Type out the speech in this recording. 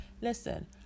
Listen